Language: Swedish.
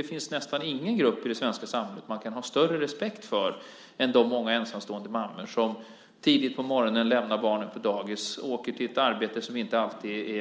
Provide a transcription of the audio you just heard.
Det finns nästan ingen grupp i det svenska samhället man kan ha större respekt för än de många ensamstående mammor som tidigt på morgonen lämnar barnen på dagis, åker till ett inte alltid